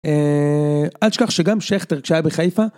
אל תשכח שגם שכטר כשהיה בחיפה.